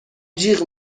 جیغ